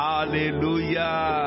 Hallelujah